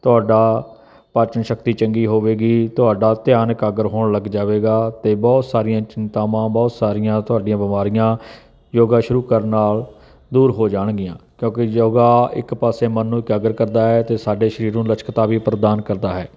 ਤੁਹਾਡਾ ਪਾਚਨ ਸ਼ਕਤੀ ਚੰਗੀ ਹੋਵੇਗੀ ਤੁਹਾਡਾ ਧਿਆਨ ਇਕਾਗਰ ਹੋਣ ਲੱਗ ਜਾਵੇਗਾ ਅਤੇ ਬਹੁਤ ਸਾਰੀਆਂ ਚਿੰਤਾਵਾਂ ਬਹੁਤ ਸਾਰੀਆਂ ਤੁਹਾਡੀਆਂ ਬਿਮਾਰੀਆਂ ਯੋਗਾ ਸ਼ੁਰੂ ਕਰਨ ਨਾਲ ਦੂਰ ਹੋ ਜਾਣਗੀਆਂ ਕਿਉਂਕਿ ਯੋਗਾ ਇੱਕ ਪਾਸੇ ਮਨ ਨੂੰ ਇਕਾਗਰ ਕਰਦਾ ਹੈ ਅਤੇ ਸਾਡੇ ਸਰੀਰ ਨੂੰ ਲਚਕਤਾ ਵੀ ਪ੍ਰਦਾਨ ਕਰਦਾ ਹੈ